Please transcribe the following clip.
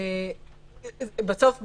בסוף,